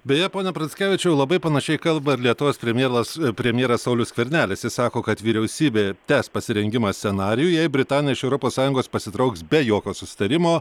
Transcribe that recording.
beje pone pranckevičiau labai panašiai kalba ir lietuvos premjelas premjeras saulius skvernelis jis sako kad vyriausybė tęs pasirengimą scenarijui jei britanija iš europos sąjungos pasitrauks be jokio susitarimo